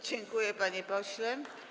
Dziękuję, panie pośle.